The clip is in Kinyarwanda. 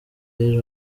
y’ejo